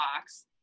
box